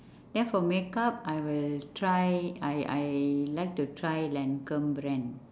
then for makeup I will try I I like to try lancome brand